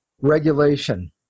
Regulation